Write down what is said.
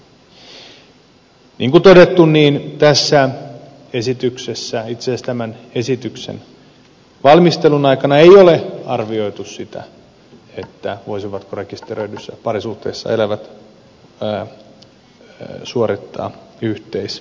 niin kuin todettu tässä esityksessä itse asiassa tämän esityksen valmistelun aikana ei ole arvioitu sitä voisivatko rekisteröidyssä parisuhteessa elävät suorittaa yhteisadoption